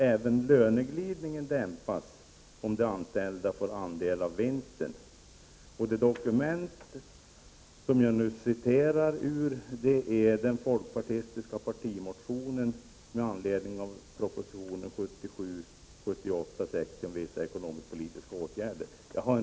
Även löneglidningen dämpas om de anställda får andel i vinsten.” Det dokument som jag citerade ur är den folkpartistiska partimotionen med anledning av proposition 1987/88:60 om vissa ekonomisk-politiska åtgärder, m.m.